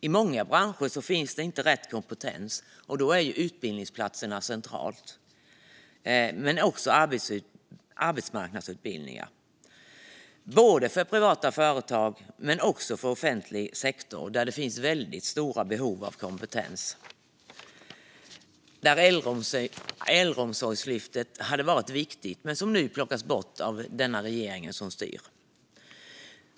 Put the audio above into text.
I många branscher finns inte rätt kompetens, och då är det centralt med utbildningsplatser men också arbetsmarknadsutbildningar - för privata företag men också för offentlig sektor, där det finns väldigt stora behov av kompetens. Där hade Äldreomsorgslyftet varit viktigt, men det plockas bort av regeringen som nu styr.